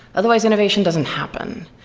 otherwise, innovation doesn't happen.